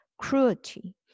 cruelty